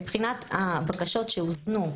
מבחינת הבקשות שהוזנו,